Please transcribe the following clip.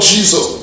Jesus